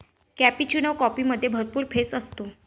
cappuccino कॉफीमध्ये भरपूर फेस असतो